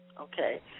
Okay